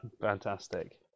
fantastic